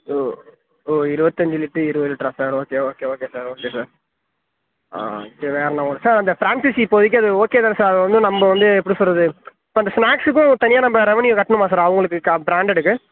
ஓ ஒரு இருபத்தஞ்சு லிட்ரு இருபது லிட்ரா sir okay okay okay sir okay sir okay வேற லெவல் சார் அந்த ஃப்ரான்சைஸி இப்போதைக்கு அது ஒகே தானே சார் அது வந்து நம்ம வந்து எப்படி சொல்கிறது இப்போ இந்த ஸ்நேக்ஸுக்கும் தனியாக நம்ம ரெவன்யூ கட்டணுமா சார் அவங்களுக்கு கா ப்ராண்டெட்டுக்கு